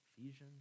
Ephesians